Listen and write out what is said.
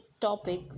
topic